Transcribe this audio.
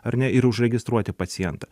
ar ne ir užregistruoti pacientą